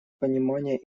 понимания